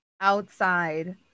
outside